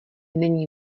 není